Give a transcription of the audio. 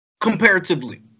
comparatively